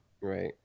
Right